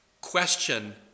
question